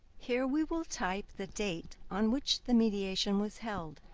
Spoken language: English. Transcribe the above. here we will type the date on which the mediation was held.